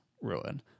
ruin